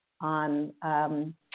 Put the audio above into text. on